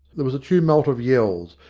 there was a tumult of yells,